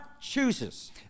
chooses